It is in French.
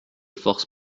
force